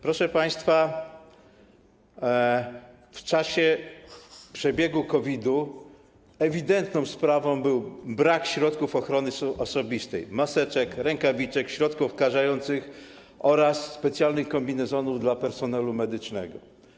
Proszę państwa, w czasie przebiegu COVID-u ewidentną sprawą był brak środków ochrony osobistej, maseczek, rękawiczek, środków odkażających oraz specjalnych kombinezonów dla personelu medycznego.